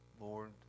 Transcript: Lord